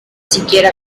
siquiera